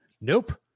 Nope